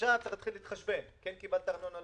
עכשיו צריך להתחיל להתחשבן כן קיבלת סיוע בארנונה,